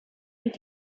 mit